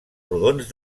rodons